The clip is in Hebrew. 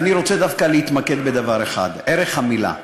אני רוצה דווקא להתמקד בדבר אחד: ערך המילה.